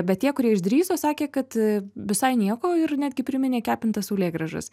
bet tie kurie išdrįso sakė kad visai nieko ir netgi priminė kepintas saulėgrąžas